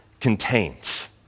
contains